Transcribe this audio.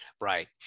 right